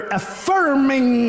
affirming